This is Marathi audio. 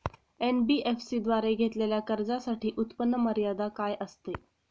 एन.बी.एफ.सी द्वारे घेतलेल्या कर्जासाठी उत्पन्न मर्यादा काय असते?